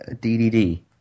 D-D-D